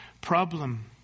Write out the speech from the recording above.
problem